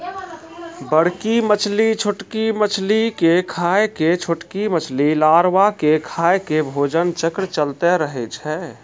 बड़की मछली छोटकी मछली के खाय के, छोटकी मछली लारवा के खाय के भोजन चक्र चलैतें रहै छै